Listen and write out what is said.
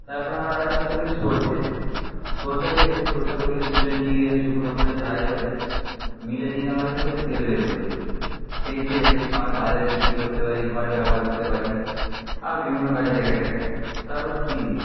তারপর আমরা আরও চাষ করে থাকি সরষে সরষে থেকে সেই সরষেগুলিকে তুলে নিয়ে গিয়ে শুকনো করে ঝাড়াই করে মিলে নিয়ে গিয়ে আমরা সেগুলো থেকে তেল বের করি সেই তেল আমরা বাজারে বিক্রি করতে পারি ঘরে ব্যবহার করতে পারি আরও বিভিন্ন কাজে লেগে থাকে তারপর তিল